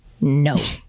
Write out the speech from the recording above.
no